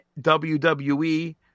WWE